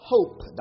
Hope